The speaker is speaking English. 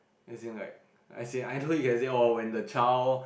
as in like as in I know you can say oh when the child